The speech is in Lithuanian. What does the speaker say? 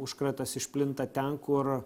užkratas išplinta ten kur